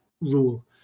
rule